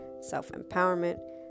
self-empowerment